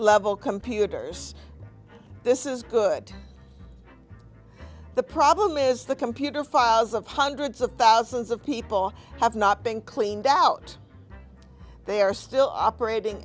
level computers this is good the problem is the computer files of hundreds of thousands of people have not been cleaned out they are still operating